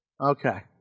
Okay